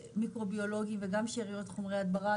מיקרוביולוגים ושאריות חומרי הדברה,